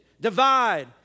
divide